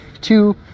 two